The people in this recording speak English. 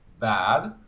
bad